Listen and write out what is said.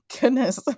goodness